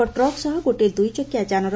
ଏକ ଟ୍ରକ୍ ସହ ଗୋଟିଏ ଦୁଇଚକିଆ ଯାନର ଧକୁ